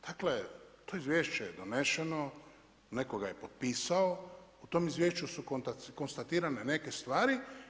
Dakle to izvješće je doneseno, netko ga je potpisao, u tom izvješću su konstatirane neke stvari.